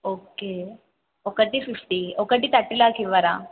okay ఒకటి fifty ఒకటి thirty ఆకివ్వరా